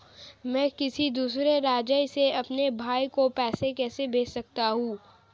मैं किसी दूसरे राज्य से अपने भाई को पैसे कैसे भेज सकता हूं?